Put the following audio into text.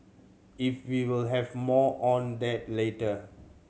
if we will have more on that later